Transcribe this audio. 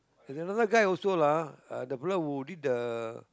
there's another guy also lah ah the fella who did the